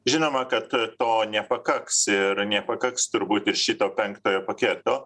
žinoma kad to nepakaks ir nepakaks turbūt ir šito penktojo paketo